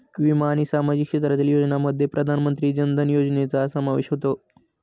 विमा आणि सामाजिक क्षेत्रातील योजनांमध्ये प्रधानमंत्री जन धन योजनेचा समावेश होतो